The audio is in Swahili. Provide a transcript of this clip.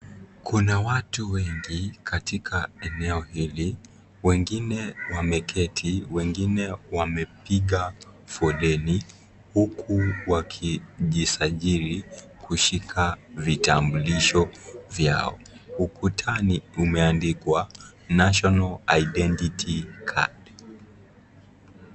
Kuna watu wengi katika eneo hili. Wengine wameketi, wengine wamepiga foleni huku wakijisajili kushika vitambulisho vyao. Ukutani kumeandikwa , National Identity Card .